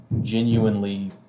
genuinely